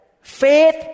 faith